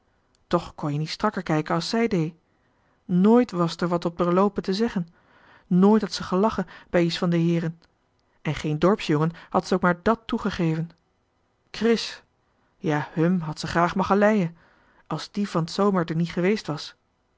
toch kon je nie strakker kijken a's zij dee nooit was d'er wat op er loopen te zeggen nooit had ze gelachen bij ie's van de heeren en geen dorpsjongen had z ook maar dàt toegegeven chris ja hum had ze graag mogge lij'e a's die van t zomer d'er nie geweest was